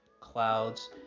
clouds